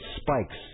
spikes